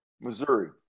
Missouri